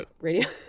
radio